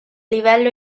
livello